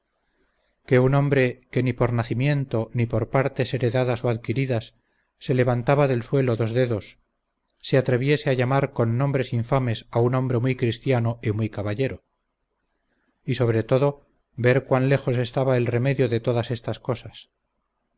que un hombre que ni por nacimiento ni por partes heredadas o adquiridas se levantaba del suelo dos dedos se atreviese a llamar con nombres infames a un hombre muy cristiano y muy caballero y sobre todo ver cuán lejos estaba el remedio de todas estas cosas